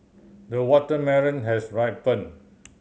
the watermelon has ripened